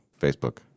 Facebook